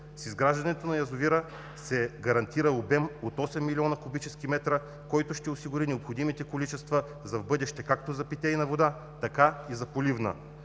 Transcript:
С изграждането на язовира се гарантира обем от 8 млн. куб. метра, който ще осигури необходимите количества за в бъдеще както за питейна вода, така и за поливна.